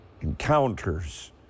encounters